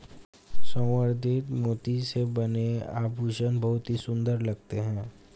संवर्धित मोती से बने आभूषण बहुत ही सुंदर लगते हैं